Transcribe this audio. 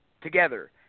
together